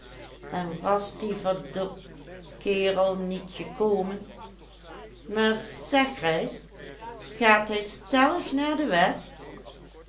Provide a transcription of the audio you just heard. en was die verd kerel niet gekomen maar zeg reis gaat hij stellig naar de west